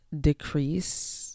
decrease